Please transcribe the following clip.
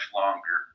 longer